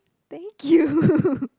thank you